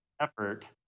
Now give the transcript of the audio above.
effort